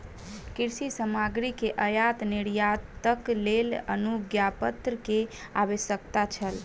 कृषि सामग्री के आयात निर्यातक लेल अनुज्ञापत्र के आवश्यकता छल